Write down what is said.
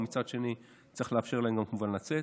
ומצד שני צריך לאפשר להם גם כמובן לצאת.